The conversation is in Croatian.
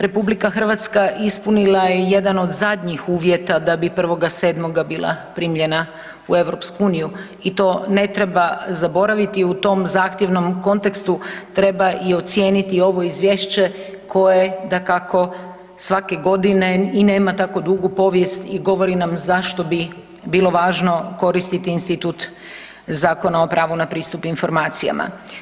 RH ispunila je jedan od zadnjih uvjeta da bi 1.7. bila primljena u EU i to ne treba zaboraviti i u tom zahtjevnom kontekstu treba i ocijeniti ovo izvješće koje dakako svake godine i nema tako dugu povijest i govori nam zašto bi bilo važno koristiti institut Zakona o pravu na pristup informacijama.